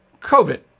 COVID